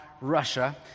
Russia